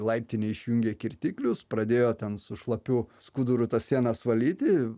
laiptinėj išjungė kirtiklius pradėjo ten su šlapiu skuduru tas sienas valyti